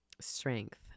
strength